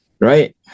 Right